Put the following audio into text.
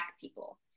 people